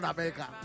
America